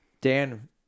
Dan